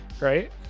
Right